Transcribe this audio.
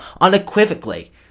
unequivocally